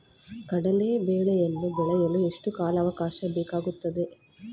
ಕಡ್ಲೆ ಬೇಳೆಯನ್ನು ಬೆಳೆಯಲು ಎಷ್ಟು ಕಾಲಾವಾಕಾಶ ಬೇಕಾಗುತ್ತದೆ?